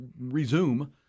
resume